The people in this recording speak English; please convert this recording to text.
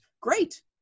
great